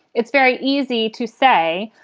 it's very easy to say,